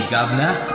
Governor